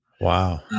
Wow